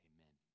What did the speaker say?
Amen